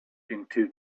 into